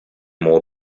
more